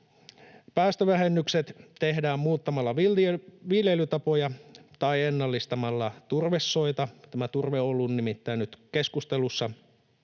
Päästövähennykset tehdään muuttamalla viljelytapoja tai ennallistamalla turvesoita — tämä turve on ollut nimittäin nyt keskustelussa.